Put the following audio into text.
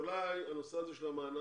אולי הנושא הזה של המענק